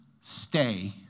stay